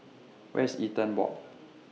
Where IS Eaton Walk